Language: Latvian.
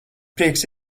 prieks